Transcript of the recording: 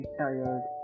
tired